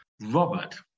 Robert